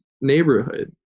neighborhood